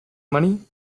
money